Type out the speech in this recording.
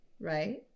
Right